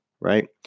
right